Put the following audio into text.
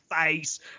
face